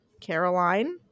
Caroline